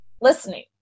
listening